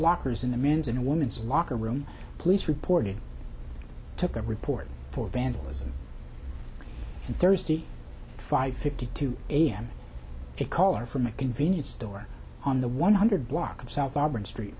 lockers in the men's and women's locker room police reported took a report for vandalism thursday five fifty two am a caller from a convenience store on the one hundred block of south auburn street